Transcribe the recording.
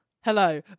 hello